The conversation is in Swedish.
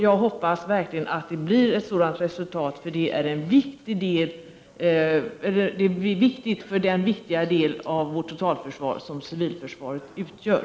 Jag hoppas verkligen att det blir ett sådant resultat, för det är viktigt för den viktiga del av vårt totalförsvar som civilförsvaret utgör.